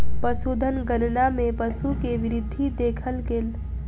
पशुधन गणना मे पशु के वृद्धि देखल गेल